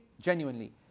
genuinely